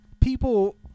people